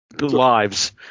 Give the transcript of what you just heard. lives